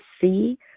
see